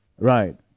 right